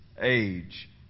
age